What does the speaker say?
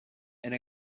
and